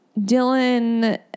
Dylan